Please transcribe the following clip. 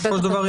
בסופו של דבר,